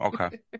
okay